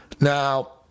Now